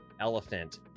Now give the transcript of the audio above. elephant